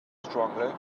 strongly